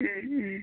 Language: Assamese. ও ও